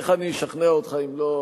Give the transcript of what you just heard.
איך אני אשכנע אותך אם לא,